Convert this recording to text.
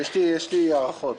יש לי הערכות...